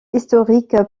historique